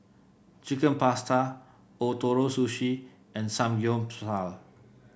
Chicken Pasta Ootoro Sushi and Samgyeopsal